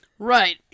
Right